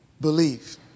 believe